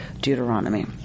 Deuteronomy